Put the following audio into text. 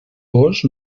gos